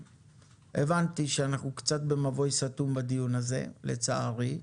הבנתי שאנחנו קצת במבוי סתום בדיון הזה, לצערי,